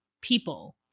people